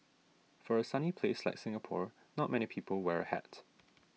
for a sunny place like Singapore not many people wear hat